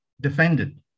defended